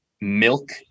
milk